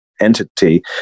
entity